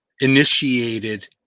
initiated